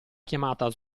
chiamata